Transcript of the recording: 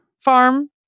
Farm